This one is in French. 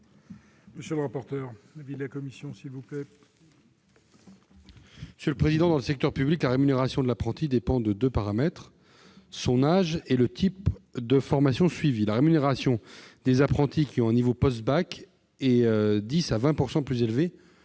commission ? Dans le secteur public, la rémunération de l'apprenti dépend de deux paramètres : son âge et le type de formation suivie. La rémunération des apprentis de niveau post-bac est de 10 % à 20 % supérieure